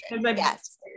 Yes